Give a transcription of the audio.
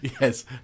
yes